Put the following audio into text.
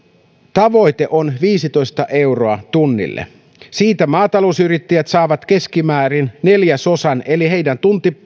tavoite on viisitoista euroa tunnille siitä maatalousyrittäjät saavat keskimäärin neljäsosan eli heidän